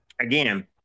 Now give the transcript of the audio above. Again